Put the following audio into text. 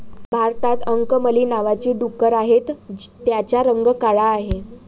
भारतात अंकमली नावाची डुकरं आहेत, त्यांचा रंग काळा आहे